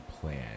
plan